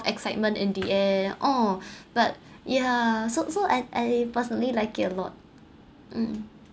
excitement in the air oh but yeah so so I I personally like it a lot mm